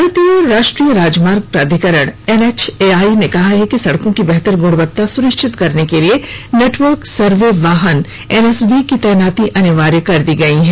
भारतीय राष्ट्रीय राजमार्ग प्राधिकरण एनएचएआई ने कहा है कि सड़कों की बेहतर गुणवत्ता सुनिश्चित करने के लिए नेटवर्क सर्वे वाहन एनएसवी की तैनाती अनिवार्य कर दी गयी है